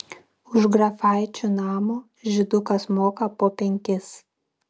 už grafaičių namo žydukas moka po penkis